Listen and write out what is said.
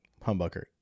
humbucker